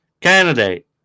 candidate